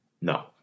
No